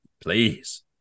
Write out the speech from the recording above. Please